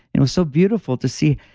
it was so beautiful to see.